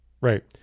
right